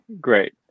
great